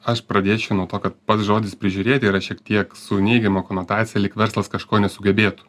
aš pradėčiau nuo to kad pats žodis prižiūrėti yra šiek tiek su neigiama konotacija lyg verslas kažko nesugebėtų